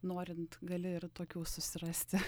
norint gali ir tokių susirasti